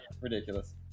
ridiculous